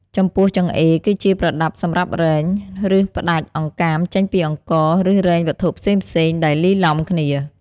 ចំពោះ ចង្អេរ គឺជាប្រដាប់សម្រាប់រែង ឬផ្ដាច់អង្កាមចេញពីអង្ករ ឬរែងវត្ថុផ្សេងៗដែលលាយឡំគ្នា។